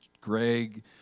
Greg